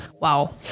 Wow